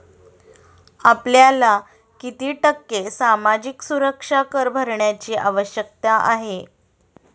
आपल्याला किती टक्के सामाजिक सुरक्षा कर भरण्याची आवश्यकता आहे?